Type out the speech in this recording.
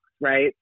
right